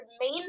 main